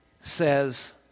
says